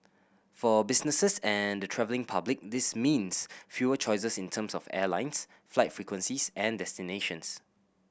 for businesses and the travelling public this means fewer choices in terms of airlines flight frequencies and destinations